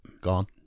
Gone